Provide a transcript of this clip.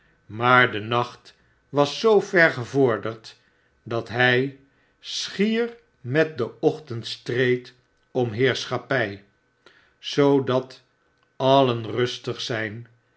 maar de nacht was zoo ver gevorderd dat hij schier met den ochtend stveed om heerschapjnj zoodat alien rustig zyn